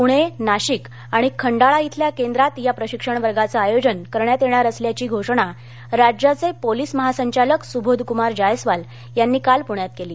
पूणे नाशिक आणि खंडाळा इथल्या केंद्रात या प्रशिक्षण वर्गाचं आयोजन करण्यात येणार असल्याची घोषणा राज्याचे पोलीस महासंचालक सुबोधकुमार जायस्वाल यांनी काल पृण्यात केली